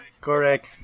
Correct